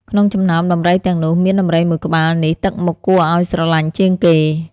ក្នុងចំណោមដំរីទាំងនោះ មានដំរីមួយក្បាលនេះទឹកមុខគួរឱ្យស្រឡាញ់ជាងគេ ។